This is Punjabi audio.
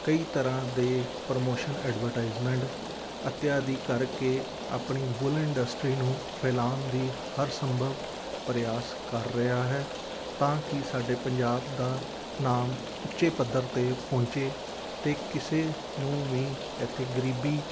ਕਈ ਤਰ੍ਹਾਂ ਦੇ ਪ੍ਰਮੋਸ਼ਨ ਐਡਵੋਰਟਾਈਜਮੈਂਟ ਅਤੇ ਆਦਿ ਕਰਕੇ ਆਪਣੀ ਵੂਲਨ ਇੰਡਸਟਰੀ ਨੂੰ ਫੈਲਾਉਣ ਦੀ ਹਰ ਸੰਭਵ ਪਰਿਆਸ ਕਰ ਰਿਹਾ ਹੈ ਤਾਂ ਕਿ ਸਾਡੇ ਪੰਜਾਬ ਦਾ ਨਾਮ ਉੱਚੇ ਪੱਧਰ 'ਤੇ ਪਹੁੰਚੇ ਅਤੇ ਕਿਸੇ ਨੂੰ ਵੀ ਇੱਥੇ ਗਰੀਬੀ